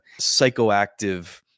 psychoactive